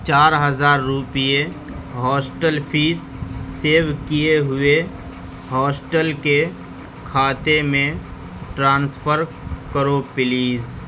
چار ہزار روپیے ہاسٹل فیس سیو کٮٔے ہوئے ہاسٹل کے کھاتے میں ٹرانسفر کرو پلیز